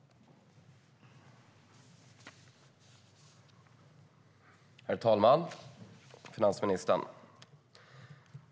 Andre vice talmannen meddelade att Fredrik Schulte, som framställt interpellationen, anmält att han var försenad till debatten.